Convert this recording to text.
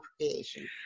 creation